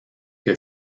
que